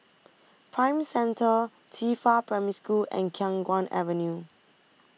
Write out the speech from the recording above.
Prime Centre Qifa Primary School and Khiang Guan Avenue